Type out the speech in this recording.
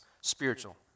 spiritual